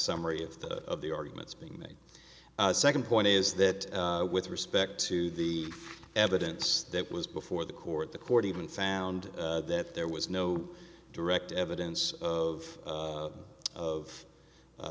summary of the of the arguments being made second point is that with respect to the evidence that was before the court the court even found that there was no direct evidence of of a